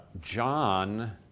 John